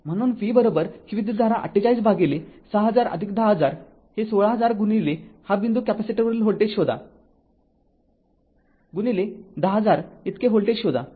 म्हणून v ही विद्युतधारा ४८ भागिले ६०००१०००० हे १६००० गुणिले हा बिंदू कॅपेसिटरवरील व्होल्टेज शोधा गुणिले १०००० इतके व्होल्टेज शोधा